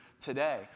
today